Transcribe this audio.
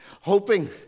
hoping